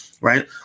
right